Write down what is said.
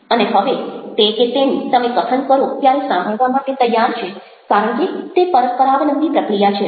અને હવે તે કે તેણી તમે કથન કરો ત્યારે સાંભળવા માટે તૈયાર છે કારણ કે તે પરસ્પરાવલંબી પ્રક્રિયા છે